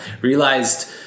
realized